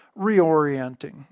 reorienting